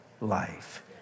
life